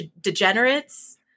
degenerates